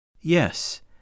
Yes